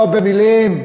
לא במילים.